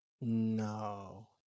No